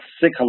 sick